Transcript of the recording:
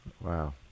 Wow